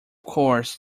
course